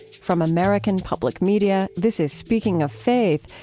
from american public media, this is speaking of faith,